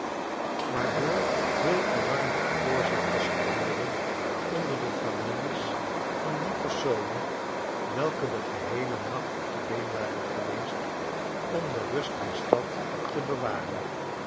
waardoor veel alarm veroorzaakt was geworden onder de families van die personen welke den geheelen nacht op de been waren geweest om de rust der stad te bewaren